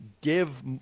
give